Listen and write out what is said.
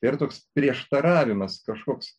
tai yra toks prieštaravimas kažkoks